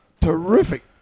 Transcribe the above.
terrific